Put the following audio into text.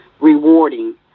rewarding